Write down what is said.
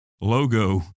logo